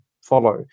follow